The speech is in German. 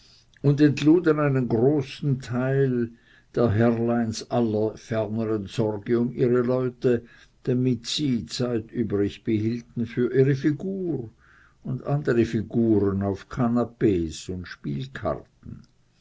und entluden einen großen teil der herrleins aller fernern sorge um ihre leute damit sie zeit übrig behielten für ihre figur und andere figuren auf kanapees und spielkarten